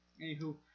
Anywho